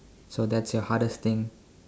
so that's your hardest thing